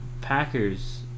Packers